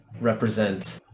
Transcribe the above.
represent